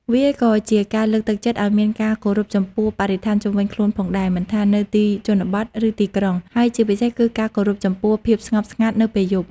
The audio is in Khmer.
វាក៏ជាការលើកទឹកចិត្តឲ្យមានការគោរពចំពោះបរិស្ថានជុំវិញខ្លួនផងដែរ មិនថានៅទីជនបទ ឬទីក្រុង ហើយជាពិសេសគឺការគោរពចំពោះភាពស្ងប់ស្ងាត់នៅពេលយប់។